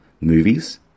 Movies